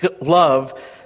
love